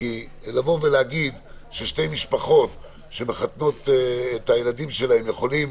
כי לבוא ולהגיד ששתי משפחות שמחתנות את הילדים שלהן יכולות